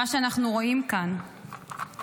מה שאנחנו רואים כאן זה